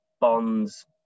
bonds